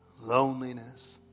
loneliness